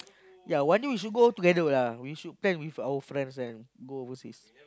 ya one day we should go together lah we should plan with our friends and go overseas